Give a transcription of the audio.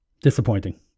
Disappointing